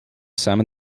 samen